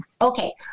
okay